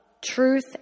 Truth